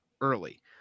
early